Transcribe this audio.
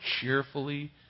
cheerfully